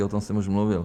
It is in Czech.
O tom jsem už mluvil.